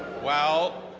well,